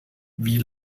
wie